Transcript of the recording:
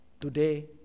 Today